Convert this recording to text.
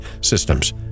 systems